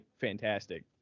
fantastic